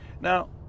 now